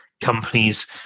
companies